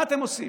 מה אתם עושים?